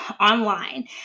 online